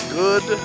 good